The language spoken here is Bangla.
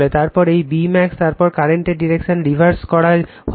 তারপর এই Bmax তারপর কারেন্টের ডিরেকশন রিভার্স করা হচ্ছে